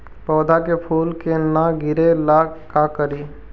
पौधा के फुल के न गिरे ला का करि?